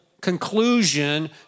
conclusion